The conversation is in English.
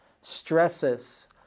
stresses